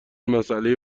مسئله